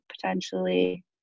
potentially